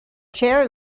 chair